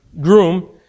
groom